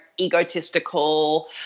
egotistical